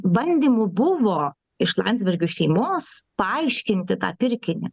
bandymų buvo iš landsbergių šeimos paaiškinti tą pirkinį